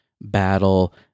Battle